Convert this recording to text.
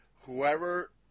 whoever